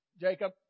Jacob